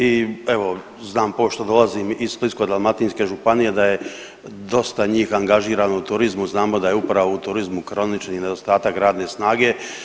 I evo znam pošto dolazim iz Splitsko-dalmatinske županije da je dosta njih angažirano u turizmu, znamo da je upravo u turizmu kronični nedostatak radne snage.